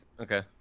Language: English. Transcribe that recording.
Okay